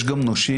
יש גם נושים,